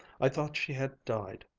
i thought she had died.